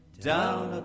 Down